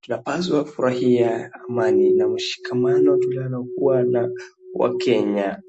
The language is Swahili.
Tunapaswa kufurahia amani na mshikamano tunayokuwa na wakenya.